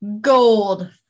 gold